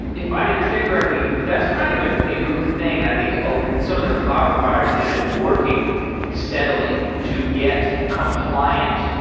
if i understand correctly, that's kind of a new thing. and i think ah some of the cloud providers have been working steadily to get compliant,